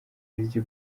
hirya